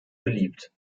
beliebt